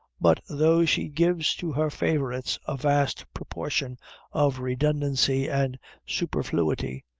but, though she gives to her favorites a vast proportion of redundancy and superfluity,